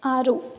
ಆರು